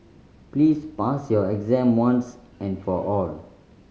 please pass your exam once and for all